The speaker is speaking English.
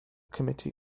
committee